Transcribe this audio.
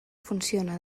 funciona